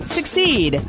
Succeed